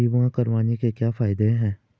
बीमा करवाने के क्या फायदे हैं?